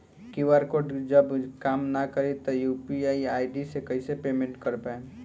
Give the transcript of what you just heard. QR code जब काम ना करी त यू.पी.आई आई.डी से कइसे पेमेंट कर पाएम?